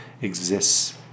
exists